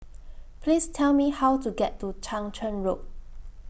Please Tell Me How to get to Chang Charn Road